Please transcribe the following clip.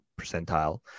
percentile